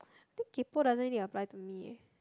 think kay-poh doesn't really apply to me eh